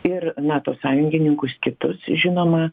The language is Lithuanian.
ir nato sąjungininkus kitus žinoma